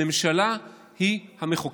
הממשלה היא המחוקקת.